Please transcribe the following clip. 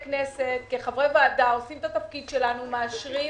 כנסת, כחברי ועדה, עושים את התפקיד שלנו, מאשרים,